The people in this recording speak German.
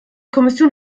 kommission